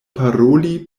paroli